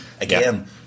Again